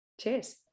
cheers